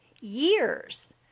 years